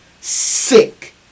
Sick